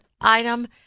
item